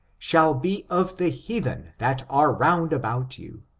shall be of the heathen that are round about you,